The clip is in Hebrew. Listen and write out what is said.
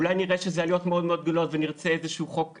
אולי נראה שאלו עלויות מאוד מאוד גדולות ונרצה איזשהו חוק אחר.